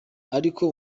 ariko